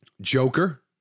Joker